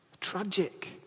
Tragic